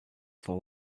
for